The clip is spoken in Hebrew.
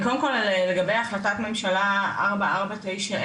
קודם כל לגבי החלטת ממשלה 4490,